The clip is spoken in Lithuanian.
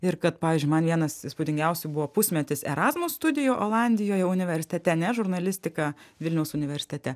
ir kad pavyzdžiui man vienas įspūdingiausių buvo pusmetis erasmus studijų olandijoj universitete ne žurnalistika vilniaus universitete